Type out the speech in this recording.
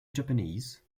japanese